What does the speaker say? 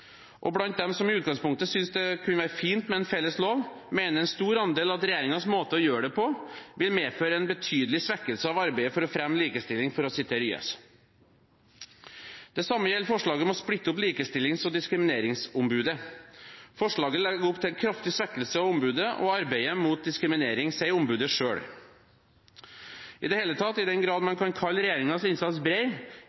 Blant dem som i utgangspunktet synes det kunne vært fint med en felles lov, mener en stor andel at regjeringens måte å gjøre det på «vil medføre en betydelig svekkelse av arbeidet for å fremme likestilling», for å sitere YS. Det samme gjelder forslaget om å splitte opp Likestillings- og diskrimineringsombudet. Forslaget «legger opp til en kraftig svekkelse av ombudet og arbeidet mot diskriminering», sier ombudet selv. I det hele tatt: I den grad man